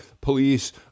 police